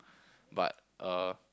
but err